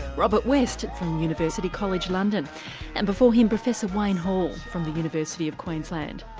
robert west from university college london and before him professor wayne hall from the university of queensland.